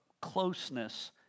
closeness